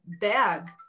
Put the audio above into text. bag